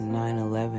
9-11